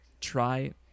try